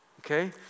Okay